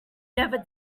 never